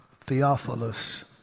Theophilus